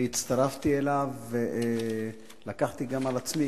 אני הצטרפתי אליו ולקחתי גם על עצמי,